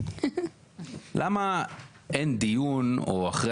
למה אין דיון, או אחרי